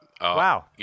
Wow